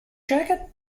jacket